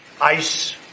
ICE